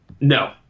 No